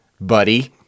buddy